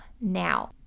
now